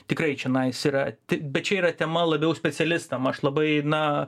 tikrai čianais yra ti bet čia yra tema labiau specialistam aš labai na